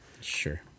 Sure